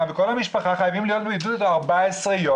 וכל המשפחה חייבים להיות בבידוד 14 יום.